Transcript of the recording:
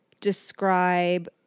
describe